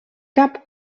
cap